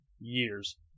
years